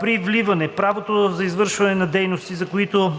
При вливане правото за извършване на дейности, за които